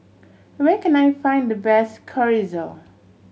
where can I find the best Chorizo